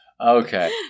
Okay